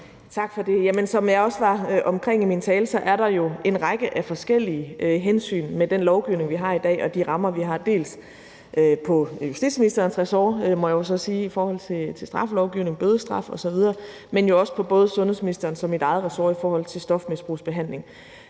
Tak for det. Som jeg også var omkring i min tale, er der jo en række forskellige hensyn i forbindelse med den lovgivning og de rammer, vi har i dag, dels på justitsministerens ressort i forhold til straffelovgivningen, bødestraf osv., dels på både sundhedsministerens og mit eget ressort i forhold til stofmisbrugsbehandling.